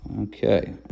Okay